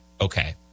Okay